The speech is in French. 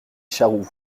charroux